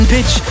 Pitch